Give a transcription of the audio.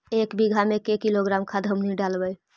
एक बीघा मे के किलोग्राम खाद हमनि डालबाय?